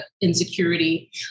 insecurity